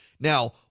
Now